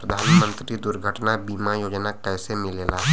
प्रधानमंत्री दुर्घटना बीमा योजना कैसे मिलेला?